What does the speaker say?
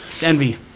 Envy